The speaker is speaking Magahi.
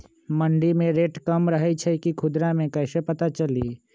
मंडी मे रेट कम रही छई कि खुदरा मे कैसे पता चली?